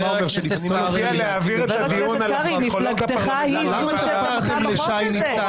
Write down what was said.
חה"כ קרעי, מפלגתך תמכה בחוק הזה.